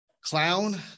Clown